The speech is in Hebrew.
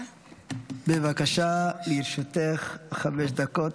בבקשה, לרשותך חמש דקות.